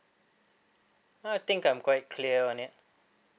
I think I'm quite clear on it